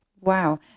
Wow